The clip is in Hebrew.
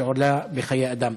שעולה בחיי אדם.